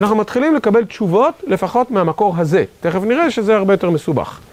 אנחנו מתחילים לקבל תשובות לפחות מהמקור הזה, תכף נראה שזה הרבה יותר מסובך.